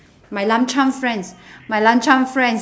my luncheon friends my luncheon friends